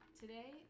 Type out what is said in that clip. today